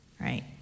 right